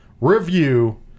review